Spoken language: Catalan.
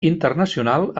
internacional